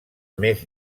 més